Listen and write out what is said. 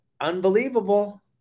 unbelievable